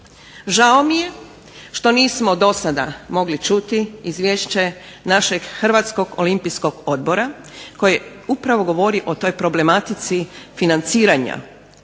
Žao mi je što nismo do sada mogli čuti izvješće našeg Hrvatskog olimpijskog odbora koje upravo govori o toj problematici financiranja